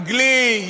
אנגלי,